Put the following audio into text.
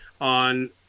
on